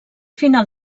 final